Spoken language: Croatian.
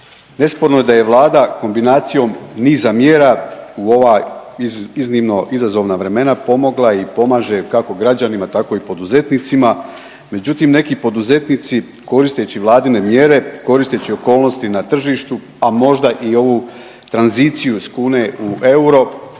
Nesporno je da je Vlada kombinacijom niza mjera u ova iznimno izazovna vremena pomogla i pomaže kako građanima, tako i poduzetnicima. Međutim, neki poduzetnici koristeći Vladine mjere, koristeći okolnosti na tržištu, a možda i ovu tranziciju iz kune u euro